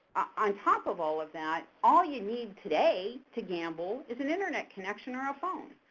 on top of all of that, all you need today to gamble is an internet connection or a phone.